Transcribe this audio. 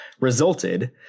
resulted